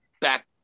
back